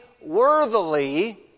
worthily